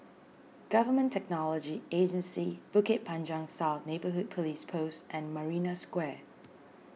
Government Technology Agency Bukit Panjang South Neighbourhood Police Post and Marina Square